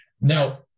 now